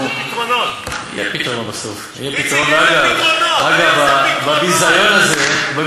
זה שהיה לפניה, אבל בדיוק באותו